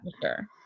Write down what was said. sure